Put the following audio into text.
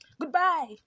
Goodbye